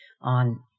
on